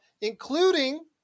including